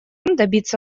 добиться